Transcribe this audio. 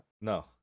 No